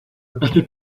date